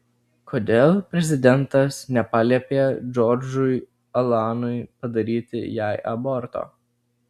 kodėl prezidentas nepaliepė džordžui alanui padaryti jai aborto